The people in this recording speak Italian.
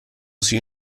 sia